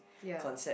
ya